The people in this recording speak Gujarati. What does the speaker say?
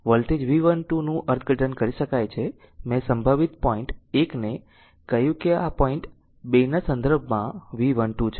વોલ્ટેજ V12 નું અર્થઘટન કરી શકાય છે મેં સંભવિત પોઈન્ટ 1 ને કહ્યું કે પોઈન્ટ 2 ના સંદર્ભમાં V12 છે